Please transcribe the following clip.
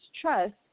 trust